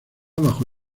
bajo